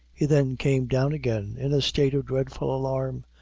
he then came down again, in a state of dreadful alarm,